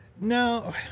No